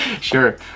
Sure